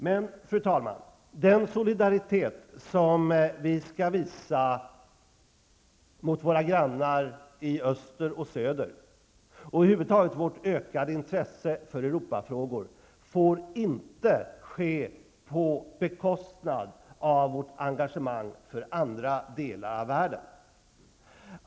Men, fru talman, den solidaritet som vi skall visa mot våra grannar i öster och söder, och över huvud taget vårt ökade intresse för Europafrågor, får inte visas på bekostnad av vårt engagemang för andra delar av världen.